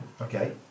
Okay